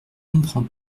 comprends